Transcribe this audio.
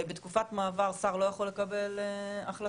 בתקופת מעבר שר לא יכול לקבל החלטות,